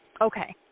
Okay